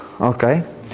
Okay